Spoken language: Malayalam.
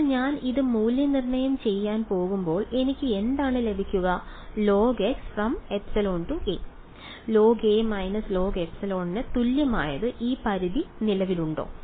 ഇപ്പോൾ ഞാൻ ഇത് മൂല്യനിർണ്ണയം ചെയ്യാൻ പോകുമ്പോൾ എനിക്ക് എന്താണ് ലഭിക്കുക logεa log − logε ന് തുല്യമായത് ഈ പരിധി നിലവിലുണ്ടോ